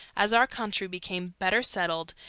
as our country became better settled,